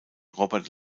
robert